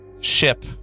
ship